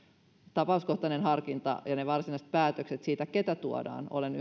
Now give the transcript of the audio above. tapauskohtainen harkinta ja ja ne varsinaiset päätökset siitä keitä tuodaan olen